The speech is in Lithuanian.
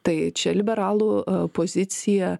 tai čia liberalų pozicija